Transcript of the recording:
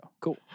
cool